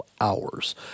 hours